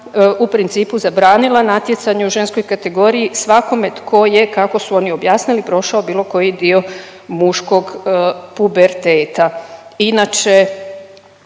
u principu zabranila natjecanje u ženskoj kategoriji svakome tko je kako su oni objasnili prošao bilo koji dio muškog puberteta. Inače